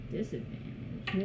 Disadvantage